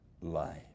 life